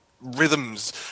rhythms